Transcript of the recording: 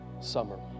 summer